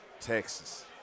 Texas